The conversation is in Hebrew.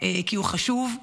כי הוא חשוב,